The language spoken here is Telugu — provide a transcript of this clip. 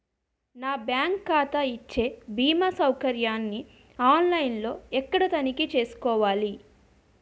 నా బ్యాంకు ఖాతా ఇచ్చే భీమా సౌకర్యాన్ని ఆన్ లైన్ లో ఎక్కడ తనిఖీ చేసుకోవాలి?